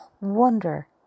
wonder